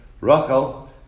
Rachel